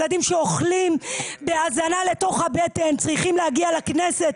ילדים שאוכלים בהזנה לתוך הבטן צריכים להגיע לכנסת.